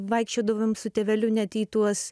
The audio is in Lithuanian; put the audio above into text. vaikščiodavom su tėveliu ne tik tuos